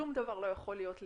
שום דבר לא יכול להיות לבד.